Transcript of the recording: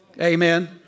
Amen